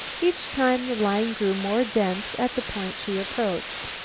each time the line grew more dense at the point she approached.